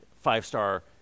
five-star